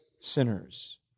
sinners